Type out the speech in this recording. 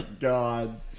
God